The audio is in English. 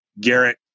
Garrett